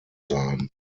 sein